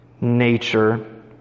nature